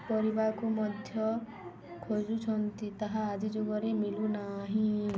କରିବାକୁ ମଧ୍ୟ ଖୋଜୁଛନ୍ତି ତାହା ଆଜି ଯୁଗରେ ମିଳୁନାହିଁ